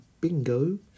Bingo